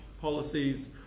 policies